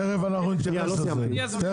תכף אנחנו נתייחס לזה.